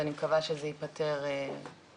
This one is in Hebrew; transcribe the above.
אני מקווה שזה ייפתר במהרה.